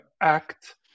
act